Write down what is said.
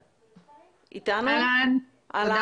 מיקי, תודה